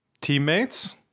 Teammates